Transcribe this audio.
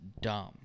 dumb